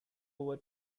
over